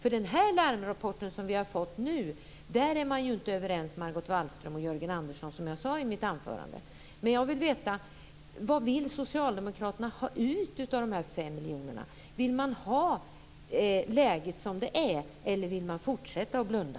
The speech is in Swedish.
Om den larmrapport som vi har fått nu är inte Margot Wallström och Jörgen Andersson överens, som jag sade i mitt anförande. Jag vill veta: Vad vill socialdemokraterna ha ut av de här 5 miljonerna? Vill man ha läget som det är eller vill man fortsätta att blunda?